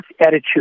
attitude